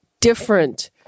different